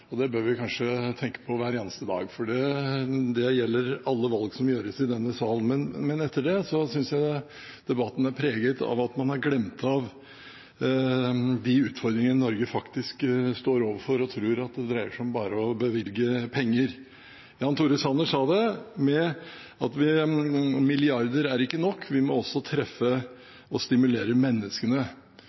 avgjørende. Det bør vi kanskje tenke på hver eneste dag, for det gjelder alle valg som gjøres i denne sal. Men etter det synes jeg debatten har vært preget av at man har glemt de utfordringene Norge faktisk står overfor, og tror at det dreier seg om bare å bevilge penger. Jan Tore Sanner sa at milliarder er ikke nok; vi må også treffe og stimulere menneskene.